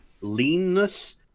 leanness